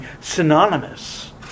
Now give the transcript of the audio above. synonymous